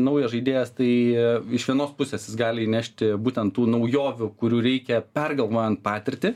naujas žaidėjas tai iš vienos pusės jis gali įnešti būtent tų naujovių kurių reikia pergalvojant patirtį